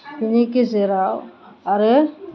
बेनि गेजेराव आरो